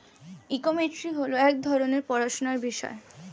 economics হল এক রকমের পড়াশোনার বিষয়